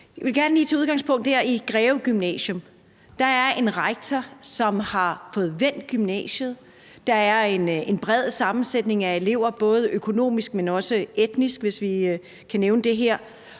Jeg vil gerne lige tage udgangspunkt i Greve Gymnasium. Der er en rektor dér, som har fået vendt udviklingen på gymnasiet. Der er en bred sammensætning af elever, både økonomisk, men også etnisk, hvis man kan nævne det her.